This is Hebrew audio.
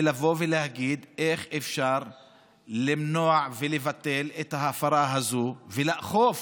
ולבוא ולהגיד איך אפשר למנוע ולבטל את ההפרה הזאת ולאכוף